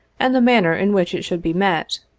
and the manner in which it should be met.